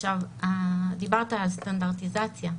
דיברת על סטנדרטיזציה.